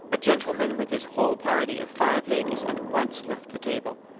a gentleman with his whole party of five ladies at once left the table.